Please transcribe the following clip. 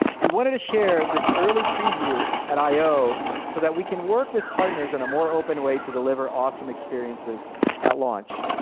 we wanted to share this early preview at i o so that we can work with partners in a more open way to deliver awesome experiences at launch.